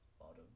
Bottom